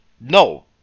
No